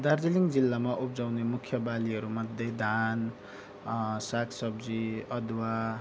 दार्जिलिङ जिल्लामा उब्जाउने मुख्य बालीहरूमध्ये धान सागसब्जी अदुवा